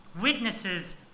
witnesses